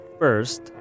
First